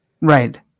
right